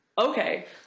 Okay